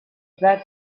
that